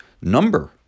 number